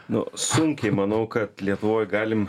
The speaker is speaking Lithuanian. nu sunkiai manau kad lietuvoj galim